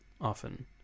often